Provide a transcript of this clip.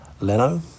Leno